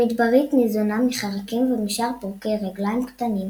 המדברית ניזונה מחרקים ומשאר פרוקי רגליים קטנים.